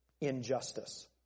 injustice